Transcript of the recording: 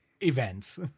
events